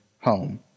home